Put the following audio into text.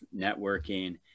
networking